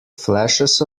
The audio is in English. flashes